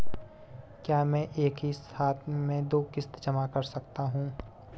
क्या मैं एक ही साथ में दो किश्त जमा कर सकता हूँ?